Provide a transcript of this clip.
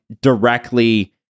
directly